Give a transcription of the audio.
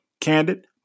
candid